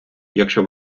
якщо